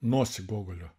nosį gogolio